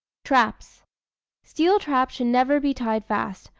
traps steel traps should never be tied fast,